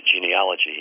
genealogy